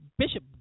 Bishop